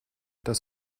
das